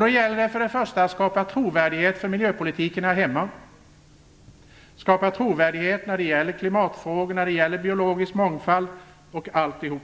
Då gäller det främst att skapa trovärdighet för miljöpolitiken här hemma och att skapa trovärdighet när det gäller klimatfrågorna och frågan om biologisk mångfald